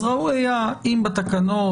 אז ראוי היה אם בתקנות,